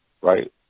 right